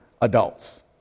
adults